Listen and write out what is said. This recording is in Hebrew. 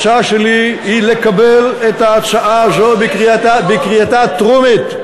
ההצעה שלי היא לקבל את ההצעה הזאת בקריאתה הטרומית,